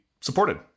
supported